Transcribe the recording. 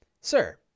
Sir